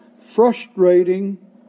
frustrating